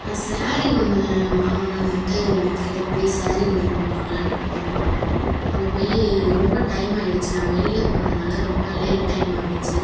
நான் சாரீ ஒன்று வாங்கணுன்ட்டு கடைக்கு போய் சாரீ ஒன்று வாங்கலான்ட்டு போனோம் அங்கே போய் ரொம்ப டைம் ஆயிடுச்சு நாங்கள் வெளியில் போனதினால ரொம்ப லேட் டைம் ஆயிடுச்சு